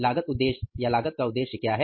लागत उद्देश्य या लागत का उद्देश्य क्या है